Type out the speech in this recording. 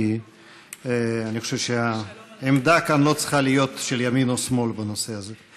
כי אני חושב שהעמדה כאן לא צריכה להיות של ימין או שמאל בנושא הזה.